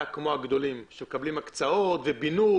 כמו הגדולים שמקבלים הקצאות ובינוי.